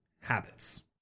habits